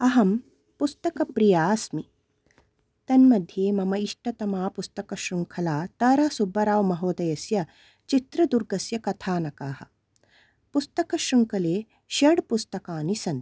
अहं पुस्तकप्रिया अस्मि तन्मध्ये मम इष्टतमा पुस्तकशृङ्खला तारासुब्बरावमहोदयस्य चित्रदुर्गस्य कथानकाः पुस्तकशृङ्खले षड् पुस्तकानि सन्ति